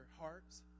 hearts